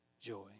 joy